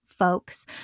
folks